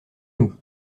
nous